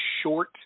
short